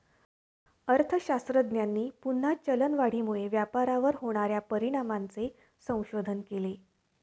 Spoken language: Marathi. अर्थशास्त्रज्ञांनी पुन्हा चलनवाढीमुळे व्यापारावर होणार्या परिणामांचे संशोधन केले